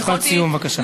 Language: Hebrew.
משפט סיום, בבקשה.